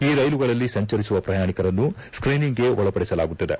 ಈ ರೈಲುಗಳಲ್ಲಿ ಸಂಚರಿಸುವ ಪ್ರಯಾಣಿಕರನ್ನು ಸ್ತೀನಿಂಗ್ಗೆ ಒಳಪಡಿಸಲಾಗುತ್ತಿದೆ